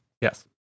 Yes